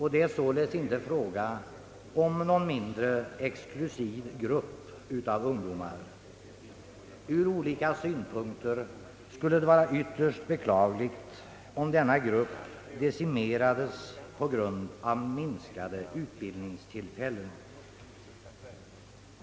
Det är således inte fråga om någon mindre, exklusiv grupp av ungdomar. Ur olika synpunkter skulle det vara ytterst beklagligt, om denna grupp decimerades på grund av minskade utbildningstillfällen.